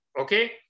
okay